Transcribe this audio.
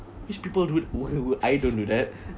which people would would I don't do that